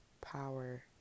power